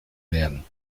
werden